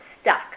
stuck